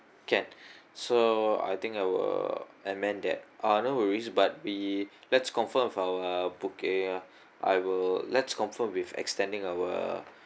can so I think I will amend that uh no worries but we let's confirm with our booking uh I will let's confirm with extending our